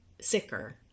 sicker